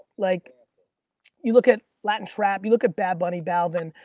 like you look at latin trap, you look at bad bunny balvin,